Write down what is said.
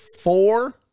four